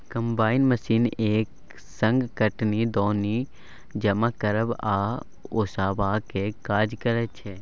combine machine एक संग कटनी, दौनी, जमा करब आ ओसेबाक काज करय छै